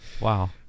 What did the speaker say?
Wow